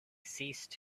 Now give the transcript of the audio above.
ceased